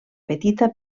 petita